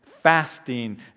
fasting